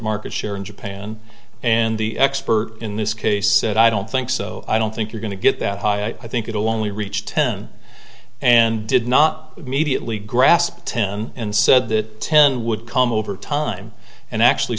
market share in japan and the expert in this case said i don't think so i don't think you're going to get that high i think it only reached ten and did not immediately grasp ten and said that ten would come over time and actually